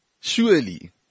Surely